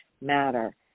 matter